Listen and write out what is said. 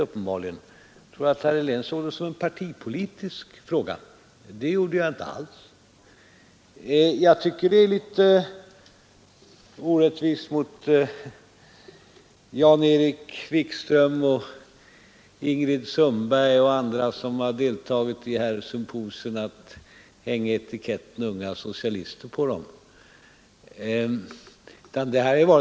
Jag tror att herr Helén såg det som en partipolitisk fråga. Det gjorde jag inte alls. Jag tycker också det är litet orättvist mot Jan-Erik Wikström, Ingrid Sundberg och andra som har deltagit i de här symposierna att hänga etiketten ”unga socialister” på dem.